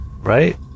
right